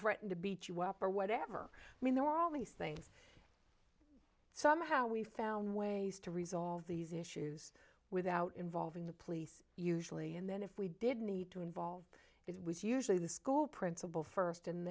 threaten to beat you up or whatever i mean there are all these things somehow we found ways to resolve these issues without involving the police usually and then if we did need to involved it was usually the school principal first and